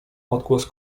odgłos